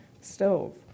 stove